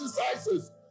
exercises